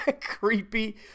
creepy